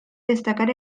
destacar